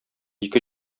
ике